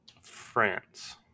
France